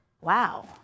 wow